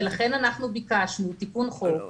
ולכן אנחנו ביקשנו תיקון חוק.